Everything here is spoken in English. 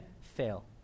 fail